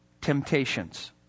temptations